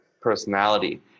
personality